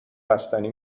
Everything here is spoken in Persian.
بستنی